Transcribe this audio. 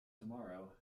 tomorrow